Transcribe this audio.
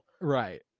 Right